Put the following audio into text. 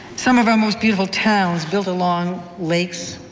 some of our most beautiful towns, built along lakes,